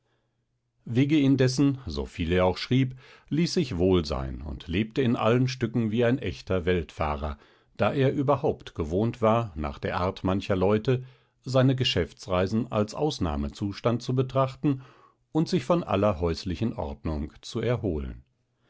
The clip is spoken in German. viggi indessen soviel er auch schrieb ließ sich wohl sein und lebte in allen stücken wie ein echter weltfahrer da er überhaupt gewohnt war nach der art mancher leute seine geschäftsreisen als ausnahmezustand zu betrachten und sich von aller häuslichen ordnung zu erholen